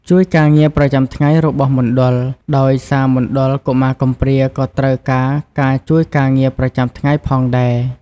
ជួយការងារប្រចាំថ្ងៃរបស់មណ្ឌល ដោយសារមណ្ឌលកុមារកំព្រាក៏ត្រូវការការជួយការងារប្រចាំថ្ងៃផងដែរ។